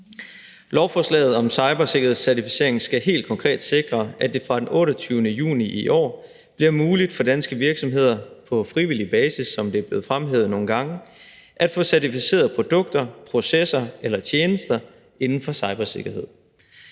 Lovforslaget om cybersikkerhedscertificering skal helt konkret sikre, at det fra den 28. juni i år bliver muligt for danske virksomheder på frivillig basis, som det er blevet fremhævet nogle gange, at få certificeret produkter, processer eller tjenester inden for cybersikkerhed.